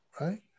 right